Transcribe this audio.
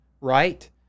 right